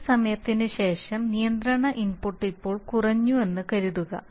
കുറച്ച് സമയത്തിന് ശേഷം നിയന്ത്രണ ഇൻപുട്ട് ഇപ്പോൾ കുറഞ്ഞുവെന്ന് കരുതുക